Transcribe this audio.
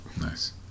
Nice